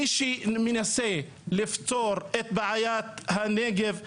מי שמנסה לפתור את בעיית הנגב בכוח,